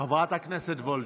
חברת הכנסת וולדיגר.